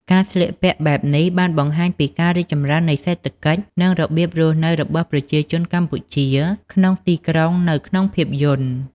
ការស្លៀកពាក់បែបនេះបានបង្ហាញពីការរីកចម្រើននៃសេដ្ឋកិច្ច និងរបៀបរស់នៅរបស់ប្រជាជនកម្ពុជាក្នុងទីក្រុងនៅក្នុងភាពយន្ត។